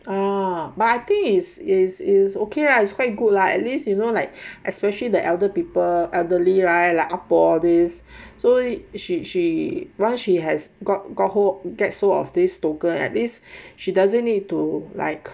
ah but I think is is is okay lah it's quite good lah at least you know like especially the elder people elderly right 老阿婆 these she she once she has got got hold gets hold of this token at this she doesn't need to like